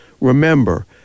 Remember